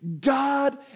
God